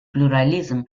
плюрализм